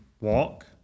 walk